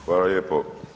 Hvala lijepo.